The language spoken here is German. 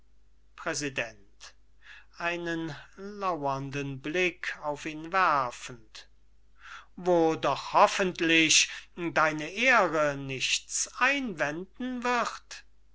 werfend wo doch hoffentlich deine ehre nichts einwenden wird